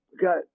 got